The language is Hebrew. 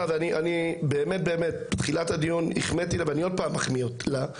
ואני באמת בתחילת הדיון החמאתי לה ואני עוד פעם מחמיא לה,